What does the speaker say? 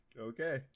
Okay